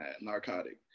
narcotic